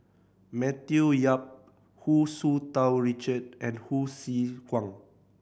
Matthew Yap Hu Tsu Tau Richard and Hsu Tse Kwang